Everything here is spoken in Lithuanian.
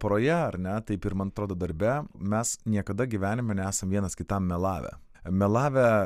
poroje ar ne taip ir man atrodo darbe mes niekada gyvenime nesam vienas kitam melavę melavę